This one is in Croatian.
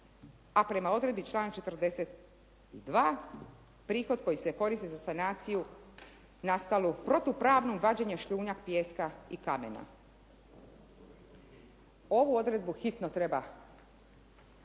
a prema odredbi članak 42. prihod koji se koristi za sanaciju nastalu protupravnu vađenje šljunak, pijesak i kamena. Ovu odredbu hitno treba